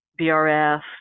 brf